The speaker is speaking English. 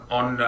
on